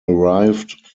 arrived